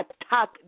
attack